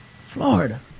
Florida